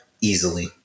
Easily